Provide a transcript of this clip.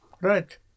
Right